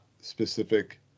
specific